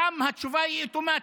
שם התשובה אוטומטית.